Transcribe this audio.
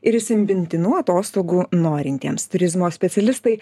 ir įsimintinų atostogų norintiems turizmo specialistai